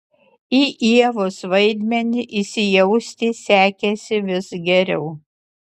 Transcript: į ievos vaidmenį įsijausti sekėsi vis geriau